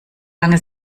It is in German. lange